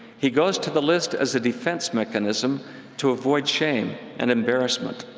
he goes to the list as a defense mechanism to avoid shame and embarrassment,